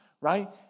right